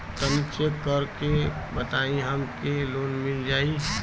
तनि चेक कर के बताई हम के लोन मिल जाई?